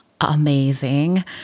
amazing